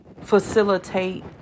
facilitate